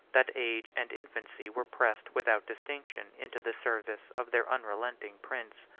that age and infancy were pressed without distinction into the service of their unrelenting prince.